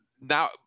now